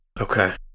Okay